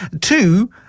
two